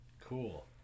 Cool